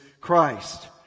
Christ